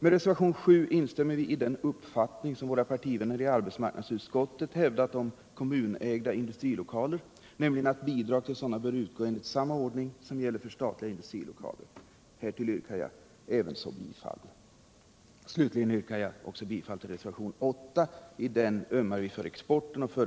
I reservation 7 instämmer vi i den uppfattning, som våra partivänner i arbetsmarknadsutskottet hävdat, om kommunägda industrilokaler, nämligen att bidrag till sådana bör utgå enligt sarama ordning som gäller